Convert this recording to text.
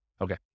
Okay